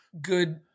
good